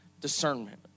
discernment